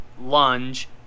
lunge